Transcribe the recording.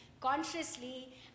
consciously